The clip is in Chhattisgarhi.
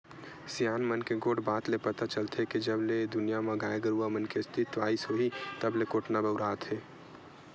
सियान मन के गोठ बात ले पता चलथे के जब ले ए दुनिया म गाय गरुवा मन के अस्तित्व आइस होही तब ले कोटना बउरात हे